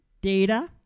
data